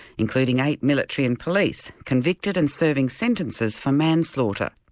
including eight military and police, convicted and serving sentences for manslaughter.